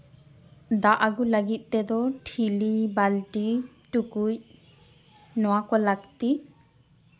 ᱫᱟᱜ ᱟᱜᱩ ᱞᱟᱹᱜᱤᱫ ᱛᱮᱫᱚ ᱴᱷᱤᱞᱤ ᱵᱟᱹᱞᱴᱤ ᱴᱩᱠᱩᱡ ᱱᱚᱣᱟ ᱠᱚ ᱞᱟᱹᱠᱛᱤ